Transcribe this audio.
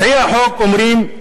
מציעי החוק אומרים,